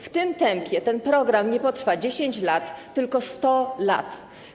W tym tempie ten program nie potrwa 10 lat, a 100 lat.